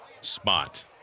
spot